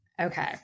okay